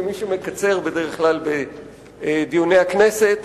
כמי שמקצר בדרך כלל בדיוני הכנסת,